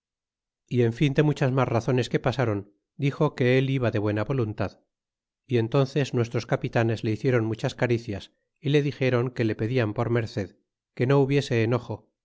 y en fin de muchas mas razones que pasaron dixo que el iba de buena voluntad y entónces nuestros capitanes le hicieron muchas caricias y le dixéron que le pedían por merced que no hubiese enojo